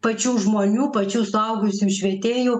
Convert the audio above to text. pačių žmonių pačių suaugusiųjų švietėjų